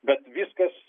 bet viskas